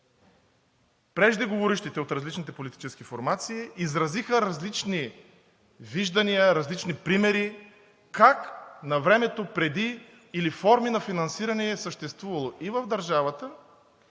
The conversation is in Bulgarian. преждеговорившите от различните политически формации изразиха различни виждания, различни примери – как навремето преди или форми на финансиране е съществувало и в държавата,